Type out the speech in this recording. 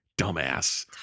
Dumbass